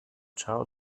ciao